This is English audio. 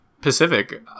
Pacific